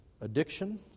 addiction